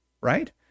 right